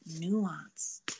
nuance